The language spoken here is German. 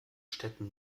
städten